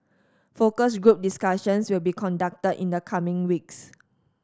focus group discussions will be conducted in the coming weeks